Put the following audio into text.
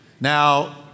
Now